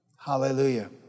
hallelujah